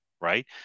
right